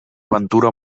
ventura